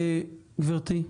גברתי,